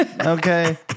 Okay